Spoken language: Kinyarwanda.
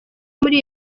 muri